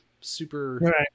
super